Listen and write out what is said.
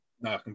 No